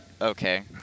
Okay